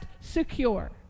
secure